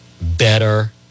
better